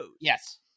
yes